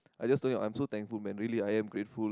I just told him I'm so thankful man really I'm so grateful